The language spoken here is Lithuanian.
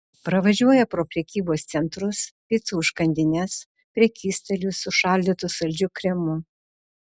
pravažiuoja pro prekybos centrus picų užkandines prekystalius su šaldytu saldžiu kremu